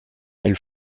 elle